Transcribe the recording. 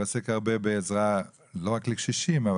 מתעסק בעזרה, לא רק לקשישים.